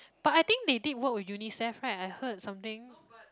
but I think they did work with Unicef right I heard something